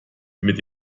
mit